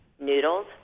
noodles